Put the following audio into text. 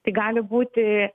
tai gali būti